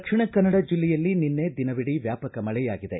ದಕ್ಷಿಣ ಕನ್ನಡ ಜಿಲ್ಲೆಯಲ್ಲಿ ನಿನ್ನೆ ದಿನವಿಡೀ ವ್ಯಾಪಕ ಮಳೆಯಾಗಿದೆ